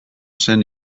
zen